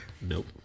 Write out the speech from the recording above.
Nope